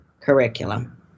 curriculum